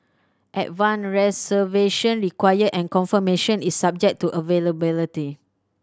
advance reservation required and confirmation is subject to availability